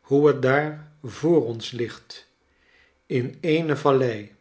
hoe het daar voor ons ligt in eene vallei